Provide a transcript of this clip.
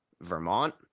Vermont